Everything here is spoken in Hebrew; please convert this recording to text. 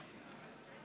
מתנגדים.